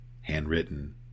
handwritten